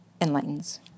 enlightens